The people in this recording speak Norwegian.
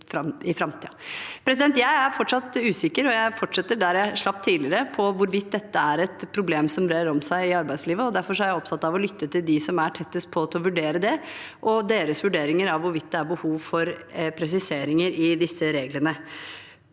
der jeg slapp tidligere – på hvorvidt dette er et problem som brer om seg i arbeidslivet. Derfor er jeg opptatt av å lytte til dem som er tettest på til å vurdere det, og deres vurderinger av hvorvidt det er behov for presiseringer i disse reglene.